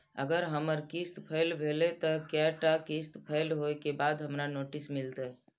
अगर हमर किस्त फैल भेलय त कै टा किस्त फैल होय के बाद हमरा नोटिस मिलते?